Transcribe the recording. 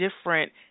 different